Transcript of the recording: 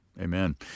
Amen